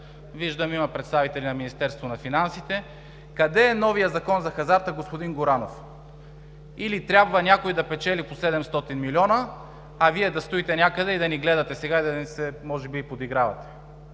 че тук има представители на Министерството на финансите... Къде е новият Закон за хазарта, господин Горанов? Или трябва някой да печели по 700 милиона, а Вие да стоите някъде, да ни гледате сега и може би да ни се и подигравате.